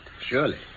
surely